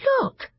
Look